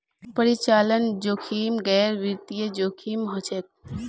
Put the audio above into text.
परिचालन जोखिम गैर वित्तीय जोखिम हछेक